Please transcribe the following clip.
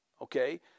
Okay